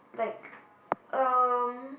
like um